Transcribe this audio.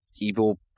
evil